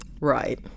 Right